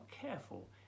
careful